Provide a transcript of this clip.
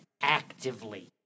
actively